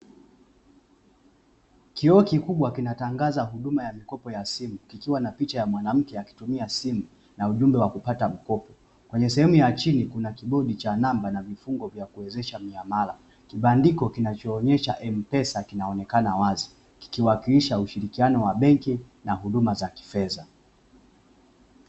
Kioo kikubwa kinatangaza huduma ya mikopo ya simu, kiwa na picha ya mwanamke akitumia simu na ujumbe wa kupata mkopo, kwenye sehemu ya chini kuna kibodi cha namba na vifungo vya kuwezesha miamala, kibandiko kinachoonyesha M-pesa kinaonekana wazi kikiwakilisha ushirikiano wa benki na huduma za kifedha.